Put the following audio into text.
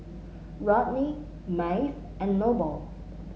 Rodney Maeve and Noble